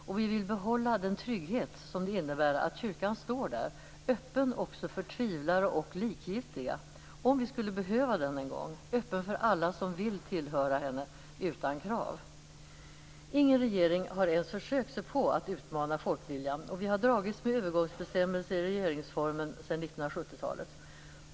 Och vi vill behålla den trygghet som det innebär att kyrkan står där, öppen också för tvivlare och likgiltiga, om vi skulle behöva den en gång, öppen för alla som vill tillhöra henne, utan krav. Ingen regering har ens försökt sig på att utmana folkviljan, och vi har dragits med övergångsbestämmmelser i regeringsformen sedan 1970-talet.